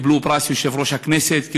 קיבלו פרס יושב-ראש הכנסת,